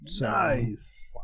Nice